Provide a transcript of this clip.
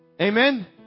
Amen